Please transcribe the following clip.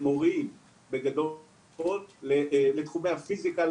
מורים לתחומי הפיזיקה,